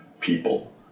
people